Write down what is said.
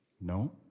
No